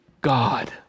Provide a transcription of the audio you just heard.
God